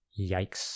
Yikes